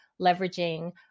leveraging